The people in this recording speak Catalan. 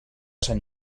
sant